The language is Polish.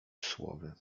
słowy